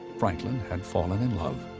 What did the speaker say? franklin had fallen in love.